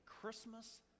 christmas